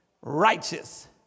righteous